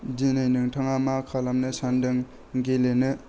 दिनै नोंथाङा मा खालामनो सानदों गेलेनो